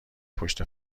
پشت